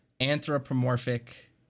anthropomorphic